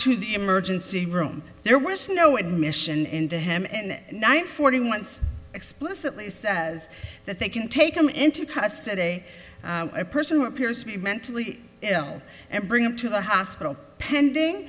to the emergency room there was no admission into him and i am forty once explicitly says that they can take him into custody i personally appears to be mentally ill and bring him to the hospital pending